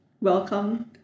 welcome